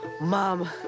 Mom